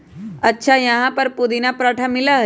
अच्छा यहाँ पर पुदीना पराठा मिला हई?